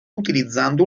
utilizzando